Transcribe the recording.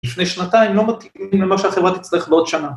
לפני שנתיים לא מתאים למה שהחברה תצטרך בעוד שנה.